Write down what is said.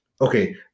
Okay